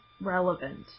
relevant